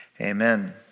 Amen